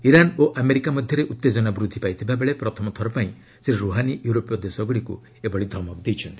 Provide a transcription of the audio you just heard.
Iran ଓ America ମଧ୍ୟରେ ଉତ୍ତେଜନା ବୃଦ୍ଧି ପାଇଥିବାବେଳେ ପ୍ରଥମ ଥରପାଇଁ ଶ୍ରୀ ରୋହାନୀ ୟୁରୋପୀୟ ଦେଶଗ୍ରଡ଼ିକ୍ ଏଭଳି ଧମକ ଦେଇଛନ୍ତି